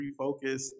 refocus